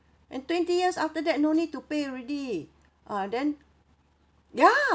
and twenty years after that no need to pay already ah then ya